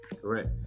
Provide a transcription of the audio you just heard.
correct